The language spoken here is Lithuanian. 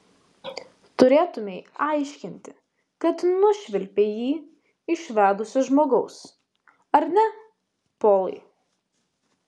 turėtumei aiškinti kad nušvilpei jį iš vedusio žmogaus ar ne polai